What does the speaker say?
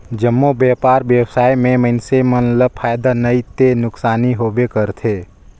जम्मो बयपार बेवसाय में मइनसे मन ल फायदा नइ ते नुकसानी होबे करथे